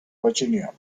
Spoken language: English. virginia